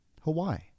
Hawaii